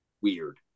weird